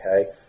okay